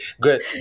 Good